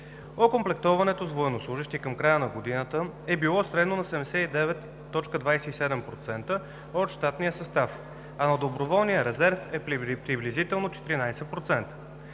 Окомплектоването с военнослужещи към края на годината е било средно на 79,27% от щатния състав, а на доброволния резерв е приблизително 14%.